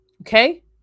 okay